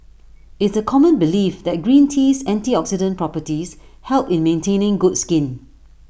it's A common belief that green tea's antioxidant properties help in maintaining good skin